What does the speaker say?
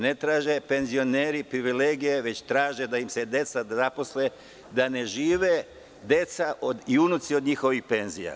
Ne traže penzioneri privilegije, već traže da im se deca zaposle, da ne žive deca i unuci od njihovih penzija.